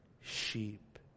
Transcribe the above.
sheep